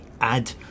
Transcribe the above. add